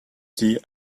sie